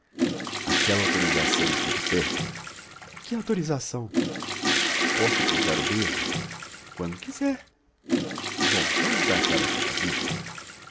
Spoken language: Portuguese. aquela autorização está de pé que autorização posso furtar o beijo quando quiser bom vamos dançar esta quadrilha